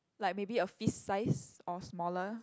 like maybe a fist size or smaller